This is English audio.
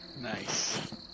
Nice